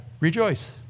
Rejoice